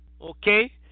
okay